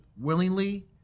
Willingly